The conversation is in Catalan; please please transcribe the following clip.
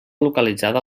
localitzada